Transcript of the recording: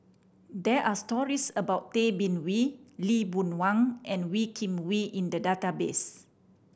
there are stories about Tay Bin Wee Lee Boon Wang and Wee Kim Wee in the database